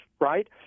right